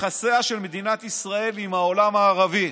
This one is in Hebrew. ביחסיה של מדינת ישראל עם העולם הערבי,